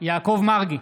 יעקב מרגי,